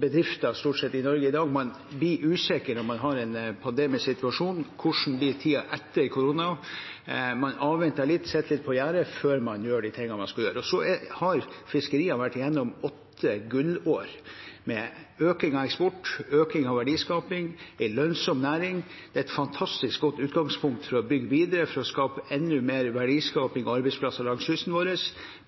bedrifter i Norge i dag. Man blir usikker når man har en pandemisk situasjon. Hvordan blir tiden etter korona? Man avventer litt, sitter litt på gjerdet før man gjør de tingene man skal gjøre. Fiskeriene har vært gjennom åtte gullår med økning av eksport og økning av verdiskaping. Det er en lønnsom næring. Det er et fantastisk godt utgangspunkt for å bygge videre, for enda mer verdiskaping og arbeidsplasser langs kysten vår.